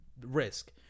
risk